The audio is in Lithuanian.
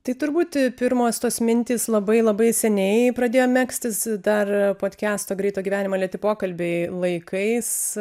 tai turbūt pirmas tos mintys labai labai seniai pradėjo megztis dar podkesto greito gyvenimo lėti pokalbiai laikais